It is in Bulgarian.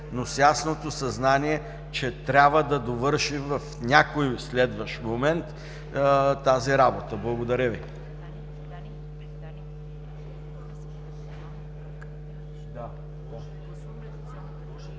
но с ясното съзнание, че трябва да довършим в някой следващ момент тази работа. Благодаря Ви.